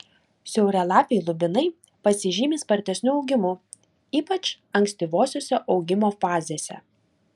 siauralapiai lubinai pasižymi spartesniu augimu ypač ankstyvosiose augimo fazėse